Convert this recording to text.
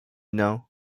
know